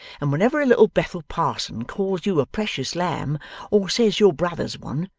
and whenever a little bethel parson calls you a precious lamb or says your brother's one,